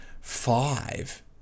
five